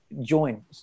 join